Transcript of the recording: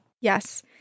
Yes